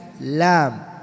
lam